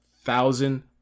thousand